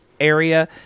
area